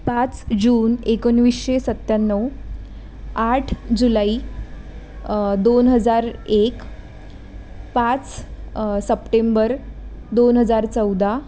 पाच जून एकोणवीसशे सत्त्याण्णव आठ जुलाई दोन हजार एक पाच सप्टेंबर दोन हजार चौदा